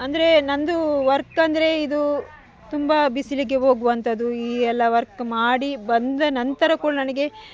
ಅಂದರೆ ನನ್ನದು ವರ್ಕ್ ಅಂದರೆ ಇದು ತುಂಬ ಬಿಸಿಲಿಗೆ ಹೋಗುವಂತದು ಈ ಎಲ್ಲ ವರ್ಕ್ ಮಾಡಿ ಬಂದ ನಂತರ ಕೂಡ ನನಗೆ